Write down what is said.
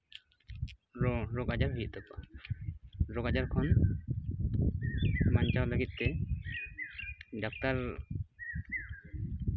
ᱨᱳᱜᱽ ᱨᱳᱜᱽ ᱟᱡᱟᱨ ᱦᱩᱭᱩᱜ ᱛᱟᱠᱚᱣᱟ ᱨᱳᱜᱽ ᱟᱡᱟᱨ ᱠᱷᱚᱱ ᱵᱟᱧᱪᱟᱣ ᱞᱟᱹᱜᱤᱫ ᱛᱮ ᱰᱟᱠᱛᱟᱨ